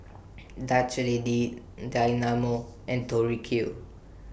Dutch Lady Dynamo and Tori Q